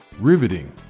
Riveting